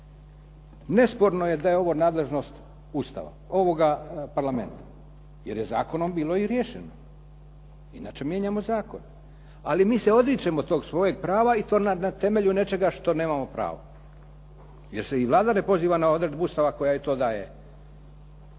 Nesporno je da je ovo nadležnost Ustava, Parlamenta, jer je zakonom bilo i riješeno, inače mijenjamo zakon, ali mi se odričemo toga svojeg prava i to na temelju nečega što nemamo pravo. Jer se i Vlada ne poziva na odredbu Ustava koja to daje